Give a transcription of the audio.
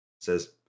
says